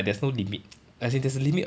there's no limit as in there's a limit